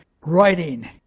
writing